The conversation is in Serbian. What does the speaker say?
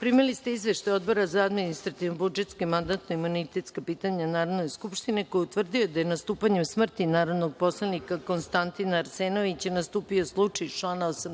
Primili ste Izveštaj Odbora za administrativno-budžetska i mandatsko-imunitetska pitanja Narodne skupštine koji je utvrdio da je nastupanjem smrti narodnog poslanika Konstantina Arsenovića nastupio slučaj iz člana 88.